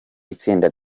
itsinda